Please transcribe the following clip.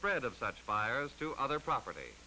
spread of such fires to other property